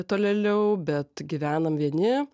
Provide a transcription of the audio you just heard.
tolėliau bet gyvenam vieni